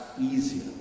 easier